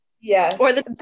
Yes